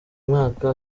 mwaka